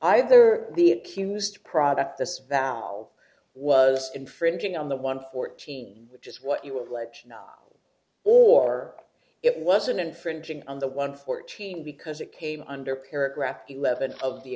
either the accused product this valve was infringing on the one fourteen which is what you would like or it wasn't infringing on that one fourteen because it came under paragraph eleven of the